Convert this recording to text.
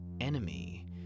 enemy